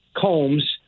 combs